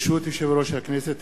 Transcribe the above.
ברשות יושב-ראש הכנסת,